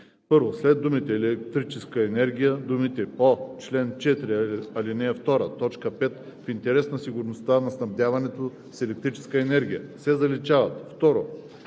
1. След думите „електрическа енергия“ думите „по чл. 4, ал. 2, т. 5 в интерес на сигурността на снабдяването с електрическа енергия“ се заличават.